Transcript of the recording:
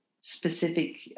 specific